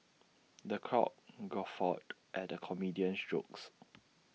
the crowd guffawed at the comedian's jokes